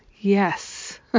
yes